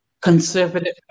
conservative